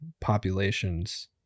populations